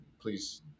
please